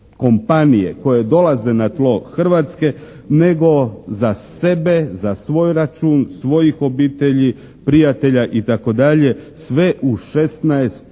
kompanije koje dolaze na tlo Hrvatske, nego za sebe, za svoj račun, svojih obitelji, prijatelja itd. sve u